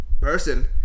person